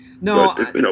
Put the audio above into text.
No